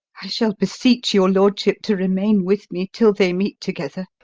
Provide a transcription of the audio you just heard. i shall beseech your lordship to remain with me tal they meet together.